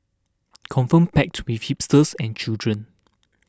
confirm packed with hipsters and children